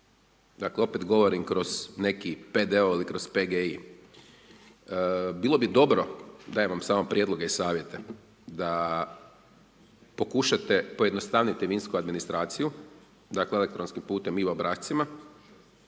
Dakle, opet govorim kroz neki P.D ili kroz PGI. Bilo bi dobro, dajem vam samo prijedloge i savjete da pokušati pojednostaviti vinsku administraciju, elektronskim putem i obrascima,